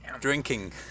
Drinking